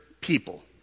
people